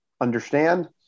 understand